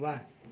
वाह